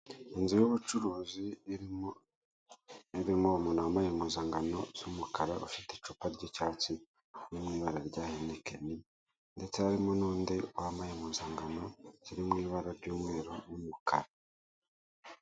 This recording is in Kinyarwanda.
Inzu y'ubucuruzi irimo umuntu wambaye impuzangano z'umukara ufite icupa ry'icyatsi riri mwibara rya henikeni, ndetse harimo nundi wambaye impuzangano ziri mwibara ry'umweru n'umukara.